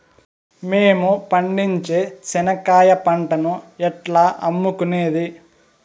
మేము పండించే చెనక్కాయ పంటను ఎట్లా అమ్ముకునేది?